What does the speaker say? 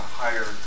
higher